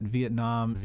Vietnam